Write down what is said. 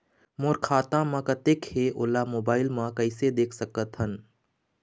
मोर खाता म कतेक हे ओला मोबाइल म कइसे देख सकत हन?